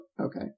okay